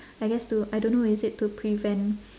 I guess to I don't know is it to prevent